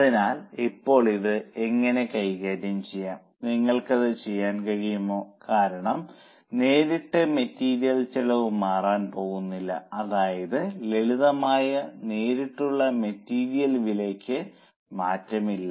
അതിനാൽ ഇപ്പോൾ ഇത് എങ്ങനെ കൈകാര്യം ചെയ്യാം നിങ്ങൾക്കത് ചെയ്യാൻ കഴിയുമോ കാരണം നേരിട്ട് മെറ്റീരിയൽ ചെലവ് മാറാൻ പോകുന്നില്ല അതായത് ലളിതമായ നേരിട്ടുള്ള മെറ്റീരിയൽ വിലയ്ക്ക് മാറ്റമില്ല